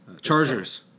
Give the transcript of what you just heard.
Chargers